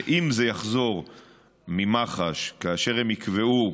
אם זה יחזור ממח"ש כאשר הם יקבעו,